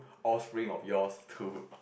offspring of yours to